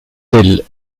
telle